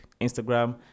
Instagram